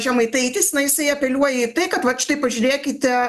žemaitaitis na jisai apeliuoja į tai kad vat štai pažiūrėkite